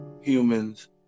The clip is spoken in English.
humans